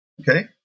Okay